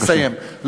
אני מסיים.